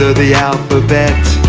the the alphabet